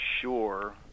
sure